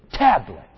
Tablet